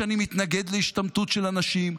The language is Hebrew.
שאני מתנגד להשתמטות של אנשים,